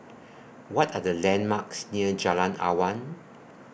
What Are The landmarks near Jalan Awan